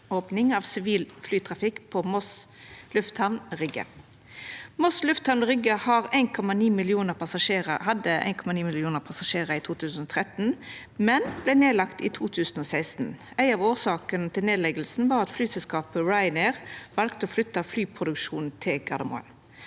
av sivil flytrafikk på Moss lufthavn, Rygge. Moss lufthavn, Rygge hadde 1,9 millionar passasjerar i 2013, men vart nedlagd i 2016. Ei av årsakene til nedlegginga var at flyselskapet Ryanair valde å flytta flyproduksjonen til Gardermoen.